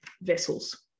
vessels